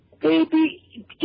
baby